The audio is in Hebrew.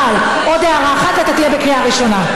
אבל עוד הערה ואתה תהיה בקריאה הראשונה.